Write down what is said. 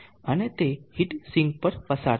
અને તે heat sink પર પસાર થાય